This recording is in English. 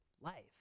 life